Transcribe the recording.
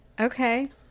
Okay